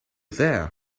there